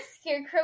Scarecrow